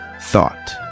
thought